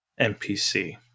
npc